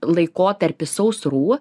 laikotarpis sausrų